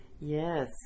yes